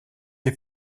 les